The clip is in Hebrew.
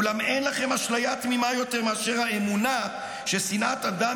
אולם אין לכם אשליה תמימה יותר מאשר האמונה ששנאת אדם